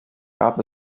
gab